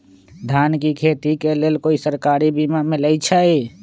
धान के खेती के लेल कोइ सरकारी बीमा मलैछई?